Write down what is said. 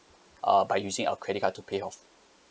uh by using our credit card to pay off